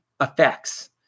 effects